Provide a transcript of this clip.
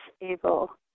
able